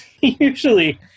Usually